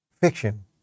Fiction